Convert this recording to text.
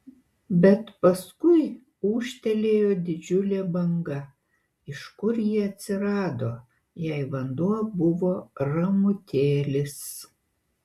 bet paskui ūžtelėjo didžiulė banga iš kur ji atsirado jei vanduo buvo ramutėlis